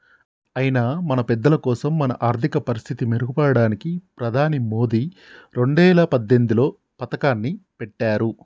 అయినా మన పెద్దలకోసం మన ఆర్థిక పరిస్థితి మెరుగుపడడానికి ప్రధాని మోదీ రెండేల పద్దెనిమిదిలో పథకాన్ని పెట్టారు